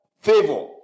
favor